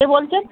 কে বলছেন